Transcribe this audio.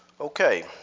okay